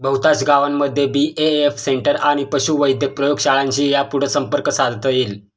बहुतांश गावांमध्ये BAF centre आणि पशुवैद्यक प्रयोगशाळांशी यापुढं संपर्क साधता येईल